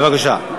בבקשה.